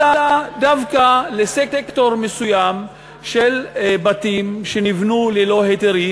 אלא דווקא על סקטור מסוים של בתים שנבנו ללא היתרים,